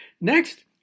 Next